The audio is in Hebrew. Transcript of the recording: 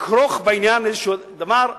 לכרוך בעניין איזה דבר,